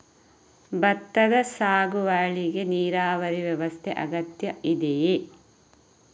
ಭತ್ತದ ಸಾಗುವಳಿಗೆ ನೀರಾವರಿ ವ್ಯವಸ್ಥೆ ಅಗತ್ಯ ಇದೆಯಾ?